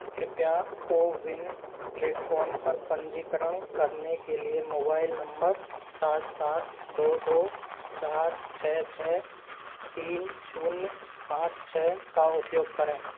कृपया CoWIN platform पर पंजीकरण करने के लिए मोबाइल नंबर सात सात दो दो चार छ छ तीन शून्य पाँच छ का उपयोग करें